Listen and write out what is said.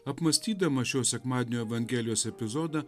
apmąstydamas šio sekmadienio evangelijos epizodą